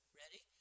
ready